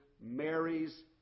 Mary's